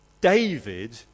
David